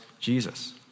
Jesus